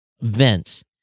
vents